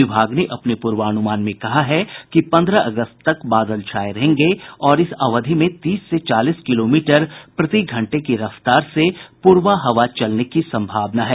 विभाग ने अपने पूर्वानुमान में कहा है कि पंद्रह अगस्त तक बादल छाये रहेंगे और इस अवधि में तीस से चालीस किलोमीटर प्रतिघंटे की रफ्तार से पूरबा हवा चलने की संभावना है